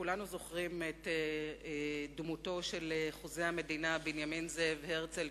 כולנו זוכרים את דמותו של חוזה המדינה בנימין זאב הרצל,